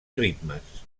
ritmes